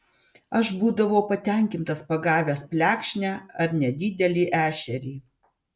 aš būdavau patenkintas pagavęs plekšnę ar nedidelį ešerį